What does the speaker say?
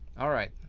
alright.